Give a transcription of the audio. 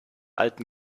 alten